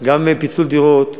גם פיצול דירות.